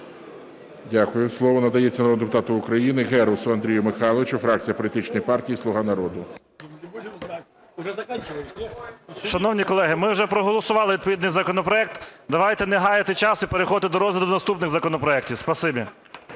Дякую. Слово надається народному депутату України Герусу Андрію Михайловичу, фракція політичної партії "Слуга народу". 12:43:37 ГЕРУС А.М. Шановні колеги, ми вже проголосували відповідний законопроект, давайте не гаяти час і переходити до розгляду наступних законопроектів.